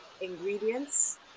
ingredients